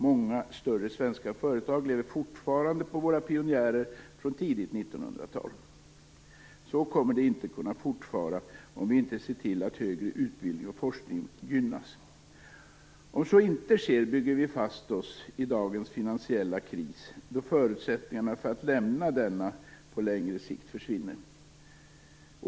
Många större svenska företag lever fortfarande på våra pionjärer från tidigt 1900-tal. Så kommer det inte att kunna fortfara om vi inte ser till att högre utbildning och forskning gynnas. Om så inte sker bygger vi fast oss i dagens finansiella kris, då förutsättningarna för att komma ur denna på längre sikt försvinner.